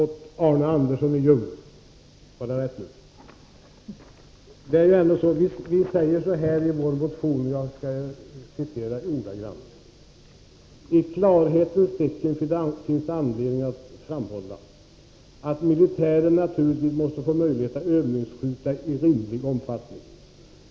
Herr talman! Förlåt, Arne Andersson i Ljung! Var namnet rätt nu? I vår motion säger vi ordagrant: ”I klarhetens tecken finns det anledning att framhålla att militären naturligtvis måste få möjlighet att övningsskjuta i rimlig omfattning.